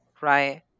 Right